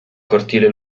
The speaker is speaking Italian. cortile